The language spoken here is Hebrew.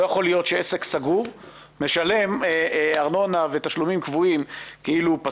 לא יכול להיות שעסק סגור משלם ארנונה ותשלומים קבועים כאילו הוא פתוח.